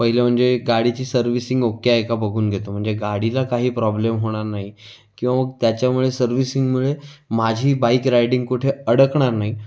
पहिलं म्हणजे गाडीची सर्व्हिसिंग ओके आहे का बघून घेतो म्हणजे गाडीला काही प्रॉब्लेम होणार नाही किंवा त्याच्यामुळे सर्व्हिसिंगमुळे माझी बाईक रायडिंग कुठे अडकणार नाही